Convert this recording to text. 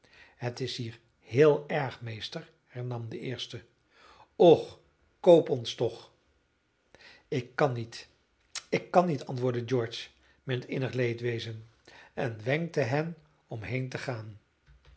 het is hier heel erg meester hernam de eerste och koop ons toch ik kan niet ik kan niet antwoordde george met innig leedwezen en wenkte hen om heen te gaan